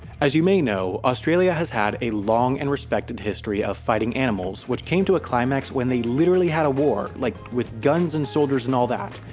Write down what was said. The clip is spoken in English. as you may know, australia has had a long and respected history of fighting animals which came to a climax when they literally had a war, like with guns and soldiers and all that,